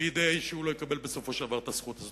כדי שהוא לא יקבל בסופו של דבר את הזכות הזאת?